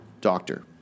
Doctor